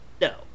no